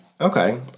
Okay